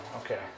Okay